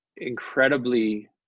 incredibly